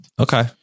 Okay